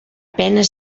penes